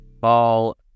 ball